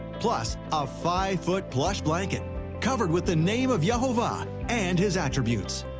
plus a five foot plush blanket covered with the name of yehovah and his attributes.